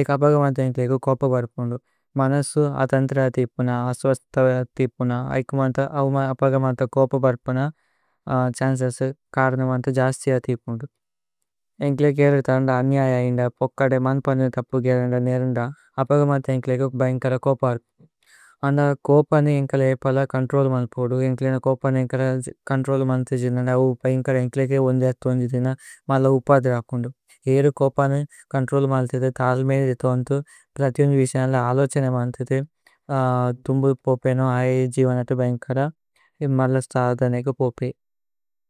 ഏക് അപഗമന്ത ഏന്ക്ലേഗു കോപ। ബര്പുന്ദു മനസു അതന്ത്ര അതിപുന അസ്വസ്ത। അതിപുന ഏക് അപഗമന്ത കോപ ബര്പുന ഛന്ചേസു। കര്നമന്ത ജസ്തി അതിപുന്ദു ഏന്ക്ലേ ഗേരേത അന്ദ। അന്യയയിന്ദ പോക്കദേ മന്പന്ദന തപു ഗേരന്ദ്। നേരിന്ദ അപഗമന്ത ഏന്ക്ലേഗു ബൈന്കര കോപ। ബര്പുന്ദു അന്ദ കോപനു ഏന്ക്ലേ ഏ പല കോന്ത്രോലുമ। ലുപുദു ഏന്ക്ലേ ന കോപനു ഏന്ക്ലേ കോന്ത്രോലുമലുത। ജന ന ഉ ബൈന്കദ ഏന്ക്ലേകേ ഓനേ ജതി ഓനേ ജതിന। മല്ല ഉപദ്ര ബര്പുന്ദു ഏരു കോപനു കോന്ത്രോലുമലുത। തല്മേന ജിഥോ അന്തു പ്രത്യോന്ജു വിസേഅനല। അലോചനമന്തതേ ദുമ്ബു പോപേന അയ ജീവനത। ബൈന്കര മല്ല സ്തരദനേഗ പോപി।